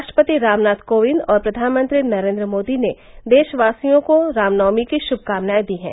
राष्ट्रपति रामनाथ कोविंद और प्रधानमंत्री नरेन्द्र मोदी ने देशवावासियों को रामनवमी की शुभकामनाए दी हैं